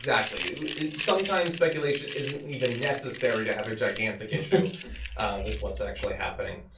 exactly. you know sometimes speculation isn't even necessary to have a gigantic issue with what's actually happening.